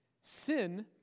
Sin